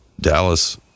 Dallas